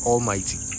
Almighty